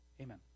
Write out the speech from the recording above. amen